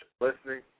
listening